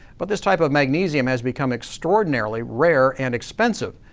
but this type of magnesium has become extraordinarily rare and expensive.